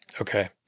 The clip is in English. okay